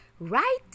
right